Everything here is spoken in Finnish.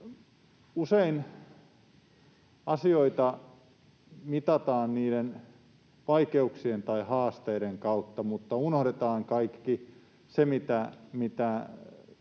Usein asioita mitataan niiden vaikeuksien tai haasteiden kautta mutta unohdetaan kaikki se, mitä esimerkiksi